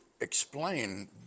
explain